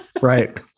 right